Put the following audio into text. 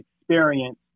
experience